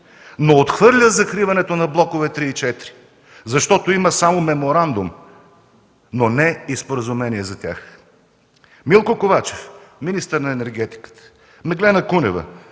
но отхвърля закриването на блокове ІІІ и ІV, защото има само меморандум, но не и споразумение за тях. Милко Ковачев – министър на енергетиката, Меглена Кунева